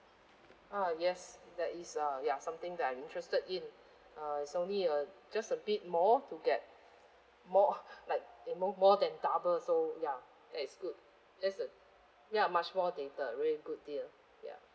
ah yes that is uh ya something that I'm interested in uh it's only a just a bit more to get more like more you know more than double so ya that's good that's a ya much more data very good deal ya